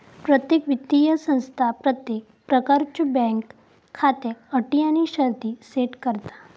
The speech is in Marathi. प्रत्येक वित्तीय संस्था प्रत्येक प्रकारच्यो बँक खात्याक अटी आणि शर्ती सेट करता